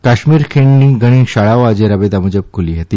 કાશ્મીર ખીણની ઘણી શાળાઓ આજે રાબેતા મુજબ ખુલી હતી